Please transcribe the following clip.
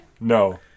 No